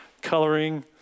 coloring